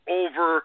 over